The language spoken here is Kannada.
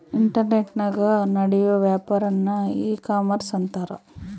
ಇಂಟರ್ನೆಟನಾಗ ನಡಿಯೋ ವ್ಯಾಪಾರನ್ನ ಈ ಕಾಮರ್ಷ ಅಂತಾರ